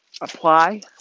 apply